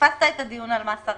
פספסת את הדיון על מס הרכישה,